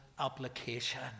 application